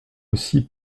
aussi